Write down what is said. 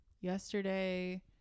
Yesterday